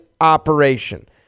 operation